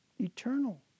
eternal